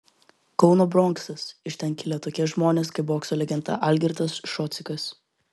kauno bronksas iš ten kilę tokie žmonės kaip bokso legenda algirdas šocikas